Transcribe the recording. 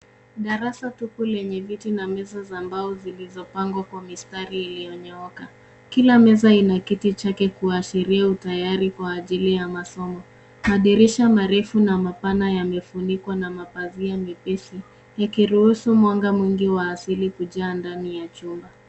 Darasa tupu lenye viti na meza za mbao zilizopangwa kwa mistari iliyonyooka. Kila meza ina kiti chake kuashria utayari kwa ajili ya masomo. Madirisha marefu na mapana yamefunikwa na mapazia nyepesi ikiruhusu mwanga mwingi wa asili kujaa ndani ya chumba.